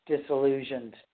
disillusioned